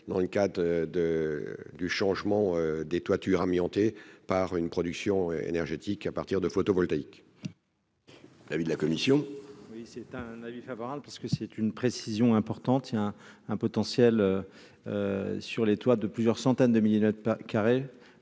dans le cadre de du changement des toitures amiantés par une production énergétique à partir de photovoltaïque. L'avis de la commission. Oui c'est un avis favorable parce que c'est une précision importante : il y a un potentiel sur les toits de plusieurs centaines de milliers